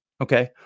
Okay